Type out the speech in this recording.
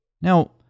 Now